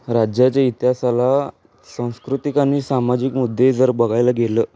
राज्याच्या इतिहासाला सांस्कृतिक आणि सामाजिक मुद्दे जर बघायला गेलं